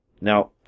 Now